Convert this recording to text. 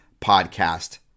podcast